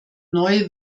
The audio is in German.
neue